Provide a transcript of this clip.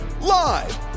live